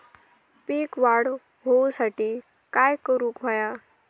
पीक वाढ होऊसाठी काय करूक हव्या?